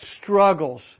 struggles